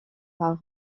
par